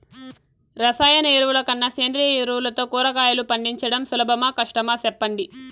రసాయన ఎరువుల కన్నా సేంద్రియ ఎరువులతో కూరగాయలు పండించడం సులభమా కష్టమా సెప్పండి